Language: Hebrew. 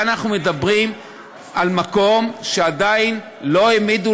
כאן אנחנו מדברים על מקום שעדיין לא העמידו